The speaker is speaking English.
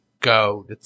go